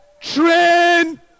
Train